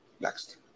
Next